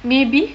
maybe